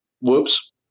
Whoops